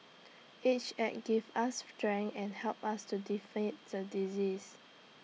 each act gave us strength and helped us to defeat the disease